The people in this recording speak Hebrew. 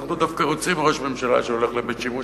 אנחנו דווקא רוצים ראש ממשלה שהולך לבית-שימוש.